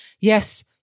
Yes